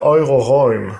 euroraum